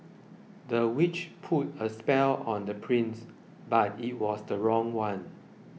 the witch put a spell on the prince but it was the wrong one